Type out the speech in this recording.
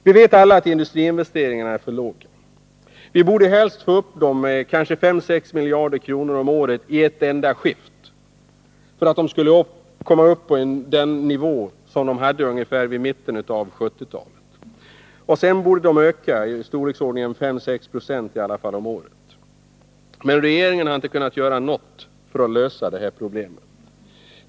Vi vet alla att industriinvesteringarna är för låga. Vi borde helst få upp dem med 5-6 miljarder kronor om året i ett enda skift för att de skulle komma upp i den nivå som de hade vid mitten av 1970-talet. Därefter borde de öka med 5-6 0 om året. Men regeringen har inte kunnat göra något för att lösa detta problem.